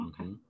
Okay